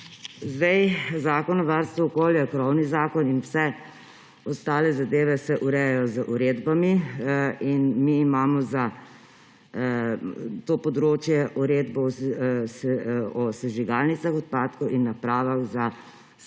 Zakon o varstvu okolja je krovni zakon in vse ostale zadeve se urejajo z uredbami. Mi imamo za to področje Uredbo o sežigalnicah odpadkov in napravah za